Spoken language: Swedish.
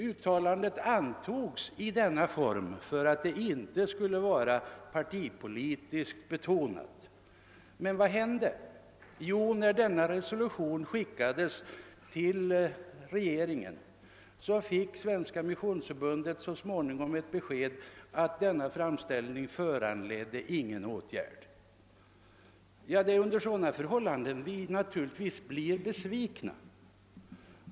Uttalandet antogs i denna form för att det inte skulle vara partipolitiskt betonat. Resolutionen skickades till regeringen, men Svenska missionsförbundet fick så småningom ett besked att framställningen inte föranledde någon åtgärd. Under sådana förhållanden blir vi naturligtvis besvikna.